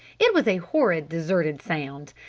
it was a horrid, deserted sound.